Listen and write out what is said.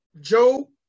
Joe